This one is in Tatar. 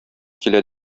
килә